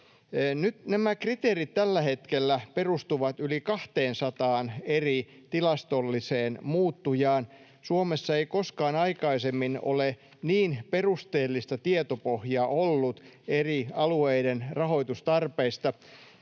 nämä kriteerit tällä hetkellä perustuvat yli 200:aan eri tilastolliseen muuttujaan. Suomessa ei koskaan aikaisemmin ole niin perusteellista tietopohjaa ollut eri alueiden rahoitustarpeista.